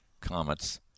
comets